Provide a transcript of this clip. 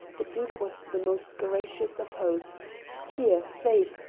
the duke was the most gracious of hosts here, faith!